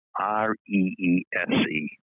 R-E-E-S-E